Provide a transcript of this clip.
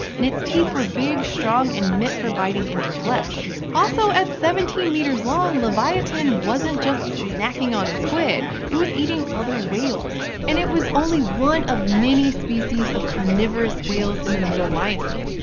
and its teeth were big, strong, and meant for biting into flesh. also, at seventeen meters long, livyatan wasn't just snacking on squid. it was eating other whales. and it was only one of many species of carnivorous whales in the middle miocene.